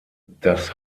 das